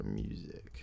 music